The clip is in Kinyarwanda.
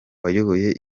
wayoboye